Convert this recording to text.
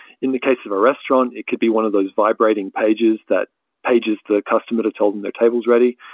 in the case of a restaurant, it could be one of those vibrating pages that pages the customer to tell them their table is ready.